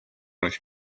oleks